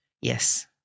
Yes